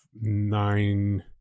nine